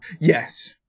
Yes